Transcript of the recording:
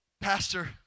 Pastor